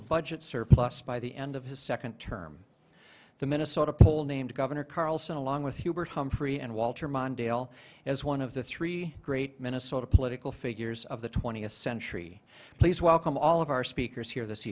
a budget surplus by the end of his second term the minnesota poll named governor carlson along with hubert humphrey and walter mondale as one of the three great minnesota political figures of the twentieth century please welcome all of our speakers here this